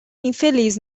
infeliz